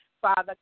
Father